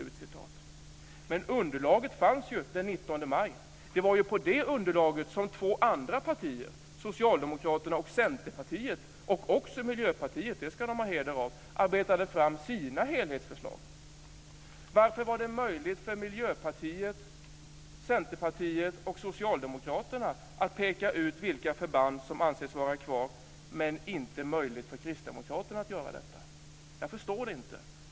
Men underlaget fanns ju den 19 maj. Det var ju på det underlaget som två andra partier, Socialdemokraterna och Centerpartiet, men även Miljöpartiet, det ska de ha heder av, arbetade fram sina helhetsförslag. Varför var det möjligt för Miljöpartiet, Centerpartiet och Socialdemokraterna att peka ut vilka förband som de anser ska var kvar men inte för Kristdemokraterna? Jag förstår inte det.